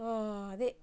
అదే